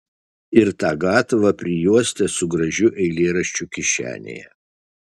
ir tą gatavą prijuostę su gražiu eilėraščiu kišenėje